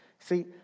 See